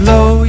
Low